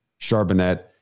Charbonnet